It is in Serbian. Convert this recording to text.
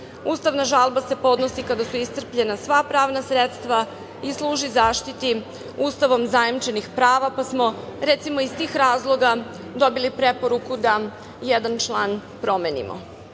Ustavna žalba se podnosi kada su iscrpljena sva pravna sredstva i služi zaštiti Ustavom zajamčenih prava, pa smo, recimo, iz tih razloga dobili preporuku da jedan član promenimo.I